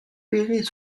verrez